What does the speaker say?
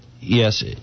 yes